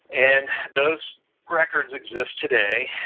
and those records exist today,